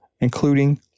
including